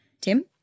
Tim